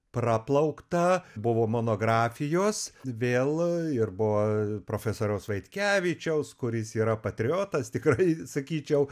praplaukta buvo monografijos vėl ir buvo profesoriaus vaitkevičiaus kuris yra patriotas tikrai sakyčiau